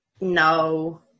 no